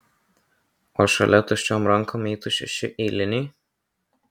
o šalia tuščiom rankom eitų šeši eiliniai